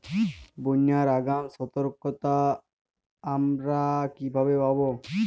বন্যার আগাম সতর্কতা আমরা কিভাবে পাবো?